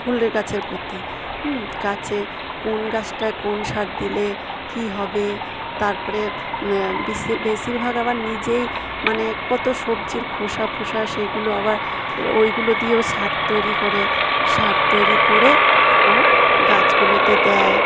ফুলের গাছের প্রতি হুম গাছে কোন গাছটায় কোন সার দিলে কী হবে তারপরে বিসে বেশিরভাগ আবার নিজেই মানে কত সবজির খোসা ফোসা সেগুলো আবার ওইগুলো দিয়েও সার তৈরি করে সার তৈরি করে ও গাছগুলোতে দেয়